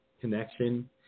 connection